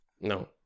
No